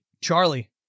Charlie